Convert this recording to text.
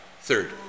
Third